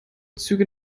züge